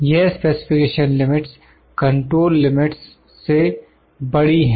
यह specification limits control limits से बड़ी हैं